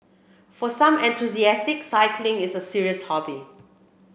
for some enthusiastic cycling is a serious hobby